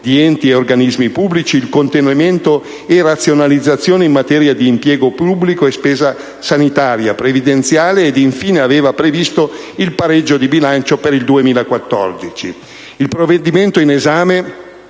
di enti ed organismi pubblici, il contenimento e la razionalizzazione in materia di impiego pubblico e spesa sanitaria e previdenziale e, infine, aveva previsto il pareggio di bilancio per il 2014. Il provvedimento in esame